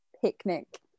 Picnic